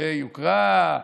משיקולי יוקרה.